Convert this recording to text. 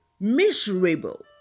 miserable